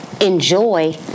enjoy